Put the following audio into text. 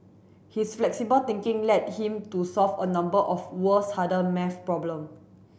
his flexible thinking led him to solve a number of world's harder maths problem